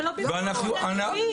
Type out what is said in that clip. זה לא במקום ועדת שחרורים.